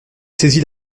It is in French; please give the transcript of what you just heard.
saisit